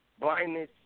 blindness